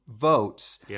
votes